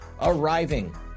Arriving